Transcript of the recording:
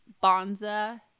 Bonza